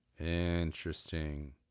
Interesting